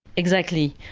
exactly.